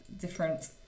different